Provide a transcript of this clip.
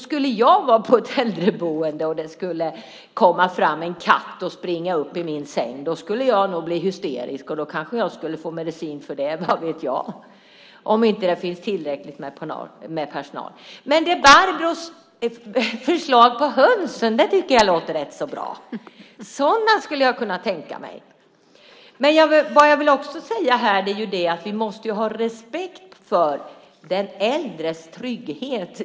Skulle jag vara på ett äldreboende och det kom fram en katt som hoppade upp i min säng skulle jag nog bli hysterisk. Då kanske jag skulle få medicin för det, vad vet jag, om det inte finns tillräckligt med personal. Men Barbros förslag om höns tycker jag låter rätt så bra. Sådana skulle jag kunna tänka mig. Det jag också vill säga här är att vi måste ha respekt för den äldres trygghet.